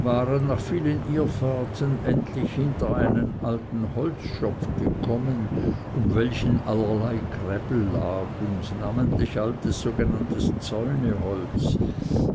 waren nach vielen irrfahrten endlich hinter einen alten holzschopf gekommen um welchen allerlei gräbel lag und namentlich altes sogenanntes zäuneholz